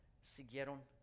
siguieron